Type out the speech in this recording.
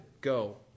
go